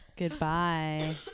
Goodbye